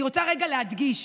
אני רוצה רגע להדגיש: